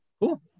cool